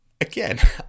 again